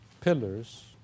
pillars